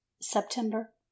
september